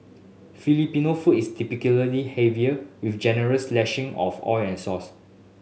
Filipino food is typically heavier with generous lashing of oil and sauce